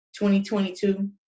2022